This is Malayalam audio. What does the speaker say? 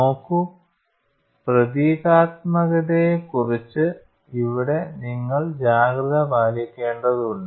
നോക്കൂ പ്രതീകാത്മകതയെക്കുറിച്ച് ഇവിടെ നിങ്ങൾ ജാഗ്രത പാലിക്കേണ്ടതുണ്ട്